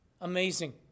Amazing